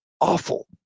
awful